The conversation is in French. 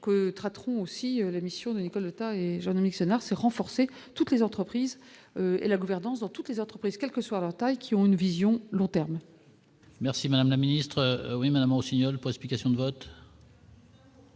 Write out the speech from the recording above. que traiteront aussi la mission de Nicole Notat et John Nixon se renforcer toutes les entreprises et la gouvernance dans toutes les entreprises, quelle que soit leur taille, qui ont une vision long terme. Merci madame la ministre, oui madame au Signol précipitations de vote.